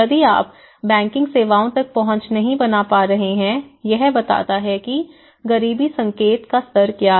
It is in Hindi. यदि आप बैंकिंग सेवाओं तक पहुंच नहीं बना पा रहे हैं यह बताता है कि गरीबी संकेत का स्तर क्या है